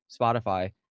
Spotify